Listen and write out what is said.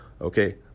Okay